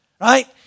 right